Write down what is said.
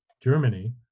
Germany